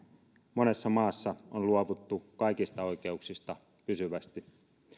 monessa maassa on luovuttu kaikista oikeuksista pysyvästi